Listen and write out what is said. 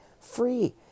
free